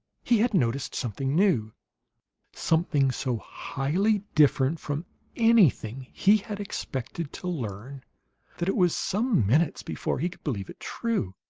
he had noticed something new something so highly different from anything he had expected to learn that it was some minutes before he could believe it true.